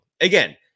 again